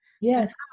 Yes